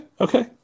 okay